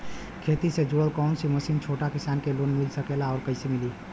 खेती से जुड़ल कौन भी मशीन छोटा किसान के लोन मिल सकेला और कइसे मिली?